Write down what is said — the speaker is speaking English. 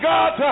God